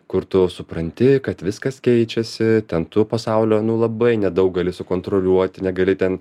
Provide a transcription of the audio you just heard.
kur tu supranti kad viskas keičiasi ten tu pasaulio nu labai nedaug gali sukontroliuoti negali ten